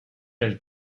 elles